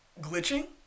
glitching